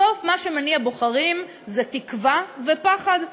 בסוף, מה שמניע בוחרים זה תקווה ופחד.